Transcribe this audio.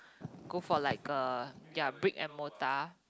go for like a their brick and mortar